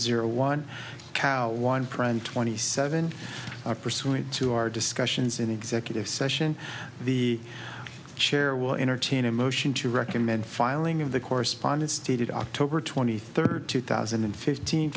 zero one cow one prime twenty seven pursuant to our discussions in executive session the chair will entertain a motion to recommend filing of the correspondence dated october twenty third two thousand and fifteen